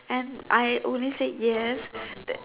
and I only say yes the